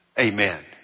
amen